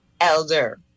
elder